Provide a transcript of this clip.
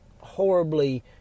horribly